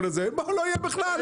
לא יהיה בכלל.